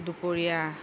দুপৰীয়া